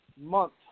month